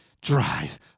drive